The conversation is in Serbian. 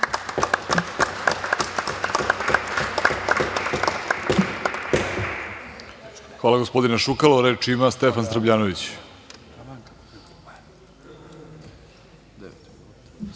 Hvala, gospodine Šukalo. Reč ima Stefan Srbljanović.